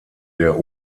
der